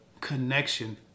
connection